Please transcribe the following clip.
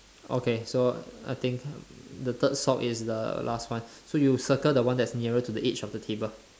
okay so I think the third sock is the last one so you circle the one that's nearer to the edge of the table